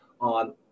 on